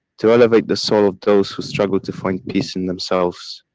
to elevate the soul of those who struggle to find peace in themselves.